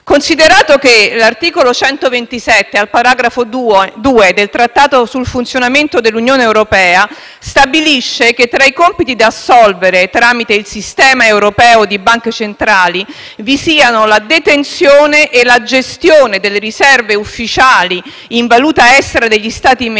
consideri che l'articolo 127, paragrafo 2, del Trattato sul funzionamento dell'Unione europea stabilisce che tra i compiti da assolvere tramite il Sistema europeo di banche centrali vi siano la detenzione e la gestione delle riserve ufficiali in valuta estera degli Stati membri,